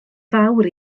fawr